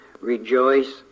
rejoice